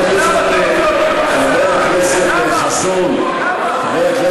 אמרת שאנחנו מסוכנים למדינה, למה אתה רוצה